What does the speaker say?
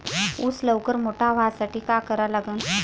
ऊस लवकर मोठा व्हासाठी का करा लागन?